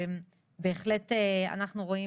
בהחלט אנחנו רואים